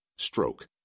Stroke